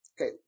Okay